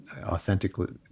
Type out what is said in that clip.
authentically